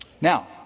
Now